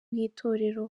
bw’itorero